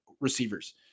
receivers